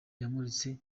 yamuritse